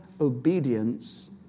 obedience